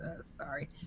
sorry